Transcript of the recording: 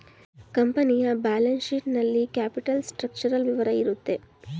ಕಂಪನಿಯ balance sheet ನಲ್ಲಿ capital structural ವಿವರ ಇರುತ್ತೆ